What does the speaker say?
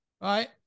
right